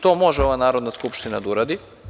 To može ova Narodna skupština da uradi.